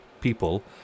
people